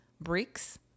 bricks